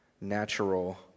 natural